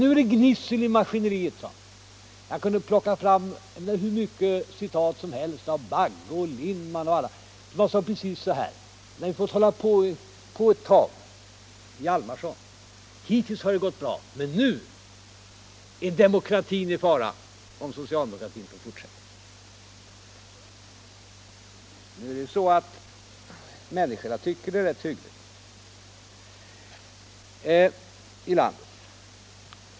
Nu är det gnissel i maskineriet, sade han. Jag kunde plocka fram hur mycket citat som helst av Bagge, Lindman och Hjalmarson som uttryck precis på detta: Vi har fått hålla på ett tag, och hittills har det gått bra. Men nu är demokratin i fara om socialdemokratin får fortsätta. Nu är det ju så att människorna tycker att det är rätt hyggligt i landet.